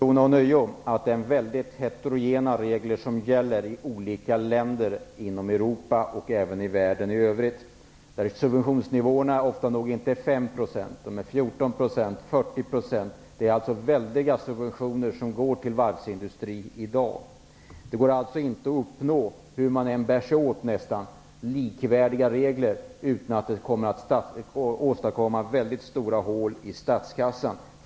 Herr talman! Först vill jag ånyo betona att det är mycket heterogena regler som gäller i olika länder i Europa och även i världen i övrigt. Där är subventionsnivåerna ofta inte 5 %, utan 14 % eller 40 %. Det är alltså väldiga subventioner som går till varvsindustrin i dag. Det går inte att uppnå likvärdiga regler, hur man än bär sig åt, utan att det åstadkommer mycket stora hål i statskassan.